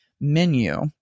menu